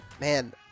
man